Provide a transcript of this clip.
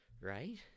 Right